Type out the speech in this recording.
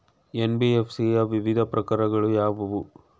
NBFC ಯ ವಿವಿಧ ಪ್ರಕಾರಗಳು ಯಾವುವು?